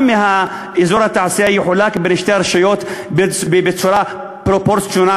מאזור התעשייה תחולק בין שתי הרשויות בצורה פרופורציונלית,